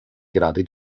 gerade